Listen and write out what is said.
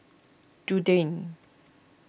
Dundee